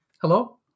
hello